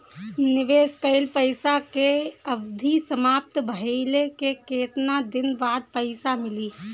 निवेश कइल पइसा के अवधि समाप्त भइले के केतना दिन बाद पइसा मिली?